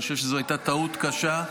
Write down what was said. אני חושב שזו הייתה טעות קשה,